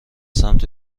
سمت